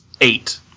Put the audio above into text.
Eight